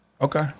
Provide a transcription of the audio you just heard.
Okay